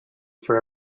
for